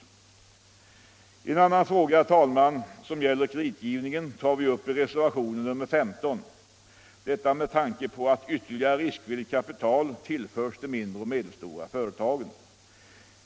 En annan fråga som gäller kreditgivningen tar vi upp i reservation nr 15 — detta med tanke på vikten av att ytterligare riskvilligt kapital tillförs de mindre och medelstora företagen.